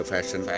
Fashion